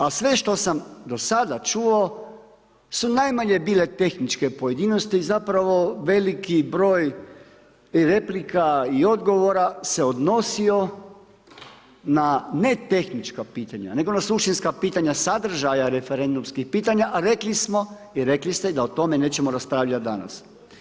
A sve što sam do sada čuo, su najmanje bile tehničke pojedinosti i zapravo veliki broj replika i odgovora se odnosi na ne tehnička pitanja, nego na suštinska pitanja sadržaja referendumskih pitanja, rekli smo, i rekli ste da o tome nećemo raspravljati danas.